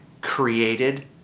created